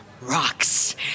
rocks